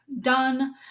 done